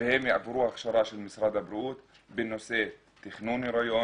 והן יעברו הכשרה של משרד הבריאות בנושא תכנון הריון,